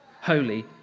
holy